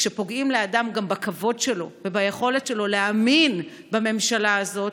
כשפוגעים לאדם בכבוד שלו וביכולת שלו להאמין בממשלה הזאת,